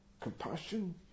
compassion